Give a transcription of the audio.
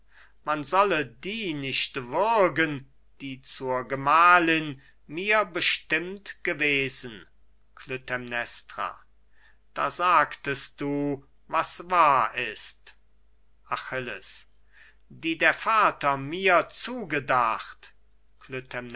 man solle die nicht würgen die zur gemahlin mir bestimmt gewesen klytämnestra da sagtest du was wahr ist achilles die der vater mir zugedacht